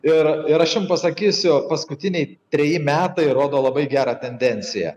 ir ir aš jum pasakysiu paskutiniai treji metai rodo labai gerą tendenciją